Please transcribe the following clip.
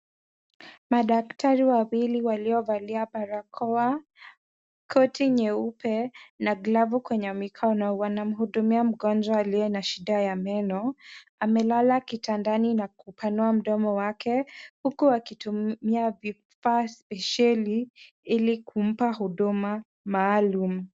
Madaktari wawili waliovalia barakoa, koti nyeupe na glavu kwenye mikono wanamhudumia mgonjwa aliye na shida ya meno. Amelala kitandani na kupanua mdomo wake huku akitumia vifaa spesheli ili kumpa huduma maalum.